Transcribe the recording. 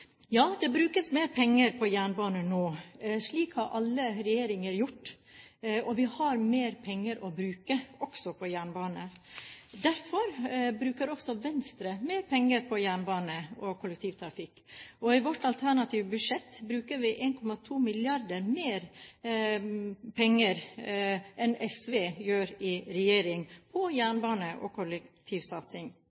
Ja, det brukes mer penger på jernbanen nå. Det har alle regjeringer gjort, og vi har mer penger å bruke, også på jernbane. Derfor bruker også Venstre mer penger på jernbane og kollektivtrafikk, og i vårt alternative budsjett bruker vi 1,2 mrd. kr mer enn SV i regjering gjør på